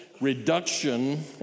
reduction